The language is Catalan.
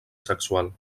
sexual